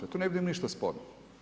Tu ne vidim ništa sporno.